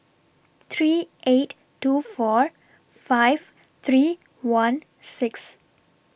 three eight two four five three one six